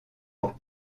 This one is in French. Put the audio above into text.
pour